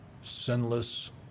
sinless